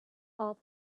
all